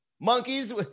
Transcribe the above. Monkeys